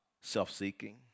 self-seeking